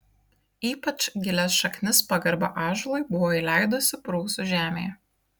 ypač gilias šaknis pagarba ąžuolui buvo įleidusi prūsų žemėje